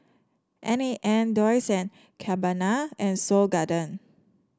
N A N Dolce and Gabbana and Seoul Garden